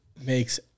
makes